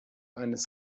eines